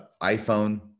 iPhone